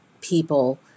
people